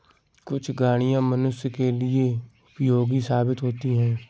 कुछ गाड़ियां मनुष्यों के लिए उपयोगी साबित होती हैं